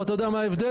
ואתה יודע מה ההבדל?